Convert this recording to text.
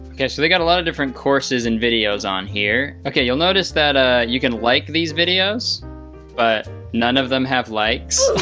okay. so they've gotta lot of different courses and videos on here. okay. you'll notice that ah you can like these videos but none of them have likes.